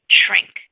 shrink